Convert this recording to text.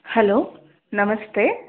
hello ನಮಸ್ತೆ